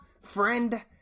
friend